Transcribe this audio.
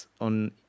on